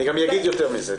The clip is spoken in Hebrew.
אני גם אני אגיד יותר מזה,